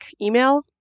email